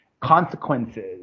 consequences